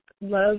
Love